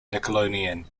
nickelodeon